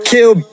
Kill